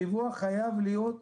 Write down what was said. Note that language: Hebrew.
הדיווח חייב להיות ממוחשב,